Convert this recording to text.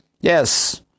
Yes